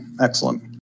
excellent